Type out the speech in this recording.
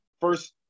first